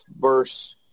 verse